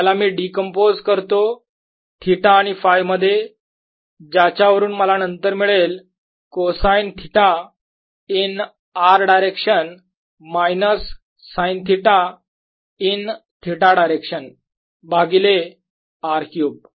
याला मी डिकम्पोज करतो थिटा आणि Φ मध्ये ज्याच्या वरून मला नंतर मिळेल cosine theta in r direction minus sine theta in theta direction भागिले R क्यूब